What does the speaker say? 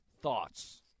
Thoughts